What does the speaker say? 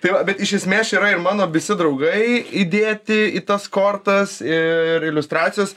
tai va bet iš esmės čia yra mano visi draugai įdėti į tas kortas ir iliustracijos